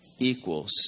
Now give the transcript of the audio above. equals